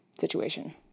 situation